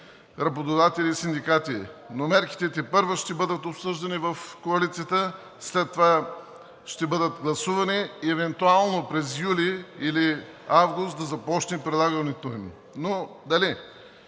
работодатели и синдикати. Но мерките тепърва ще бъдат обсъждани в коалицията, след това ще бъдат гласувани и евентуално през юли или август да започне прилагането им.